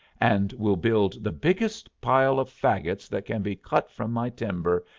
and we'll build the biggest pile of fagots that can be cut from my timber,